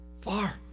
far